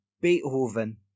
Beethoven